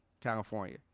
California